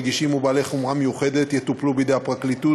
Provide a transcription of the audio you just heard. רגישים או בעלי חומרה מיוחדת יטופלו בידי הפרקליטות,